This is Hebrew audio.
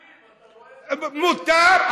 מותר,